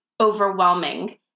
overwhelming